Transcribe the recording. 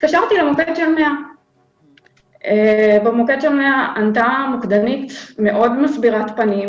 התקשרתי למוקד 100. במוקד 100 ענתה מוקדנית מאוד מסבירת פנים,